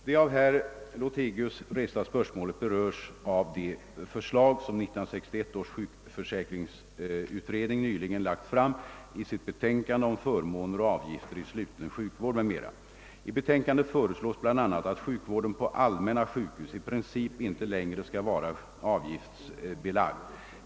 Det av herr Lothigius resta spörsmålet berörs av de förslag som 1961 års sjukförsäkringsutredning nyligen lagt fram i sitt betänkande om förmåner och avgifter i sluten sjukvård m.m, I betänkandet föreslås bl.a. att sjukvården på allmänna sjukhus i princip inte längre skall vara avgiftsbelagd.